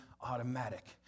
automatic